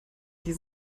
die